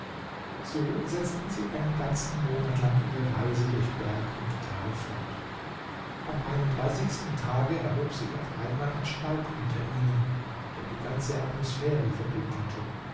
so setzten sie einen ganzen monat lang ihre reise durch berg und tal fort am einunddreißigsten tage erhob sich auf einmal ein staub hinter ihnen der die ganze atmosphäre verdunkelte